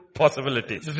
possibilities